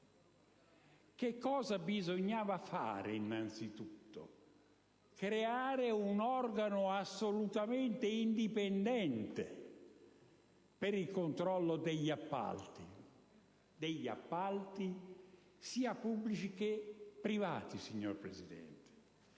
Cosa bisognava fare, innanzitutto? Creare un organo assolutamente indipendente per il controllo degli appalti, sia pubblici che privati, signora Presidente.